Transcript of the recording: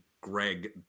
Greg